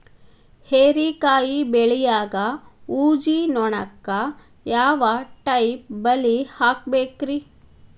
ಹೇರಿಕಾಯಿ ಬೆಳಿಯಾಗ ಊಜಿ ನೋಣಕ್ಕ ಯಾವ ಟೈಪ್ ಬಲಿ ಹಾಕಬೇಕ್ರಿ?